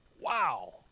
wow